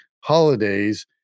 holidays